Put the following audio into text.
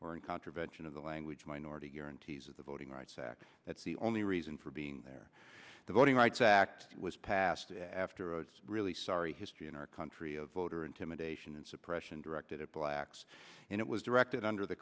of the language minority guarantees of the voting rights act that's the only reason for being there the voting rights act was passed after a really sorry history in our country of voter intimidation and suppression directed at blacks and it was directed under the